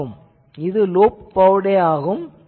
எனவே இது loop bow tie ஆகும்